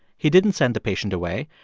he didn't send the patient away.